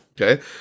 Okay